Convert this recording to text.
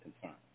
concern